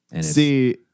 See